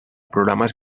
programes